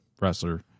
wrestler